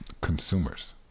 consumers